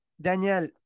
Danielle